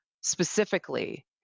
specifically